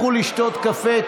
לכו לשתות קפה,